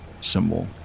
symbol